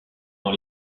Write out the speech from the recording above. dans